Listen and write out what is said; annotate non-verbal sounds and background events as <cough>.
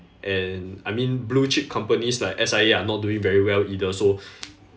and I mean blue chip companies like S_I_A are not doing very well either so <breath>